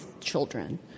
children